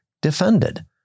defended